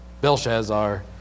Belshazzar